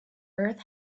earth